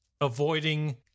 avoiding